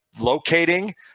locating